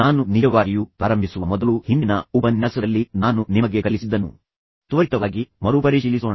ನಾನು ನಿಜವಾಗಿಯೂ ಪ್ರಾರಂಭಿಸುವ ಮೊದಲು ಹಿಂದಿನ ಉಪನ್ಯಾಸದಲ್ಲಿ ನಾನು ನಿಮಗೆ ಕಲಿಸಿದ್ದನ್ನು ತ್ವರಿತವಾಗಿ ಮರುಪರಿಶೀಲಿಸೋಣ